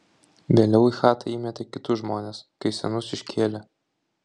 vėliau į chatą įmetė kitus žmones kai senus iškėlė